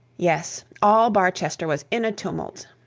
yes! all barchester was in a tumult.